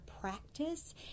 practice